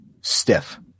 stiff